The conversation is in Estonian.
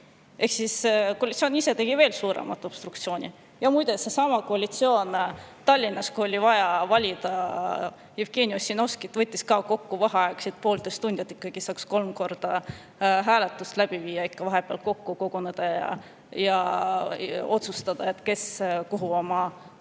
Ehk siis koalitsioon ise tegi veel suuremat obstruktsiooni. Ja muide, seesama koalitsioon Tallinnas, kui oli vaja valida Jevgeni Ossinovski, võttis samuti vaheaegu kokku poolteist tundi, et saaks kolm korda hääletust läbi viia, ikka vahepeal koguneda ja otsustada, kes kuhu